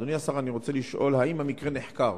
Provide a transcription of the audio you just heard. אדוני השר, אני רוצה לשאול: 1. האם המקרה נחקר?